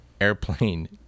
airplane